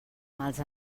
mals